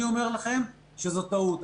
אני אומר לכם שזאת טעות.